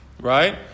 Right